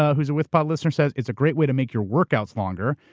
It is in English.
ah who's a withpod listener says, it's a great way to make your workouts longer,